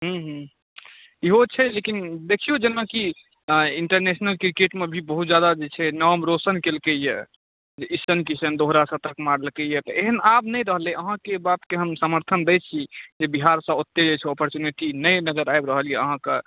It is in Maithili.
हूँ हूँ इहो छै लेकिन देखियौ जेनाकि ईण्टरनेशनल क्रिकेटमे भी बहुत जादा जे छै नाम रौशन कयलकैया ईशान किशन दोहरा शतक मारलकैया तऽ एहन आब नहि रहलै अहाँकेँ बातके हम समर्थन दै छी जे बिहारसँ ओतेक जे छै से ऑपर्चुनिटी नहि नजर आबि रहल अइ अहाँकेँ